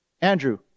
Andrew